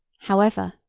however,